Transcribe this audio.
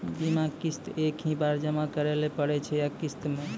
बीमा किस्त एक ही बार जमा करें पड़ै छै या किस्त मे?